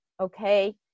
Okay